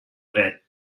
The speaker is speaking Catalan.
dret